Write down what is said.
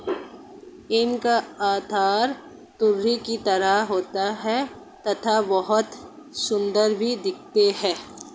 इनका आकार तुरही की तरह होता है तथा बहुत सुंदर भी दिखते है